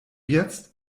jetzt